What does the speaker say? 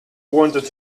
wanted